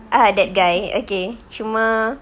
ah that guy okay cuma